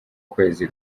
kwezi